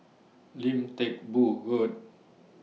Lim Teck Boo Road